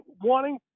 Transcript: wanting